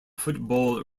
football